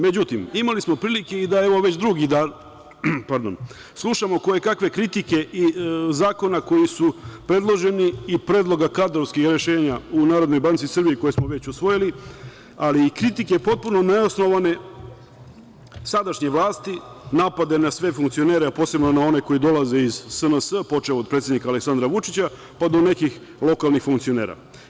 Međutim, imali smo prilike i da evo već drugi dan slušamo kojekakve kritike zakona koji su predloženi i predloga kadrovskih rešenja u Narodnoj banci Srbije koje smo već usvojili, ali i kritike potpuno neosnovane sadašnje vlasti, napade na sve funkcionere, a posebno na one koji dolaze iz SNS, počev od predsednika Aleksandra Vučića pa do nekih lokalnih funkcionera.